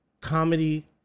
comedy